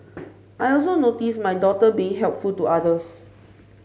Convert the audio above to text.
I also notice my daughter being helpful to others